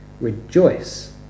rejoice